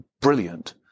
brilliant